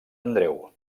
andreu